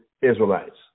Israelites